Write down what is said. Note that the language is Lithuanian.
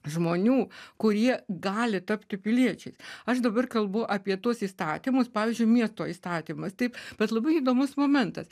žmonių kurie gali tapti piliečiais aš dabar kalbu apie tuos įstatymus pavyzdžiui miesto įstatymas taip bet labai įdomus momentas